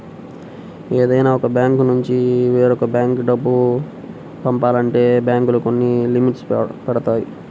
ఏదైనా ఒక బ్యాంకునుంచి వేరొక బ్యేంకు డబ్బు పంపాలంటే బ్యేంకులు కొన్ని లిమిట్స్ పెడతాయి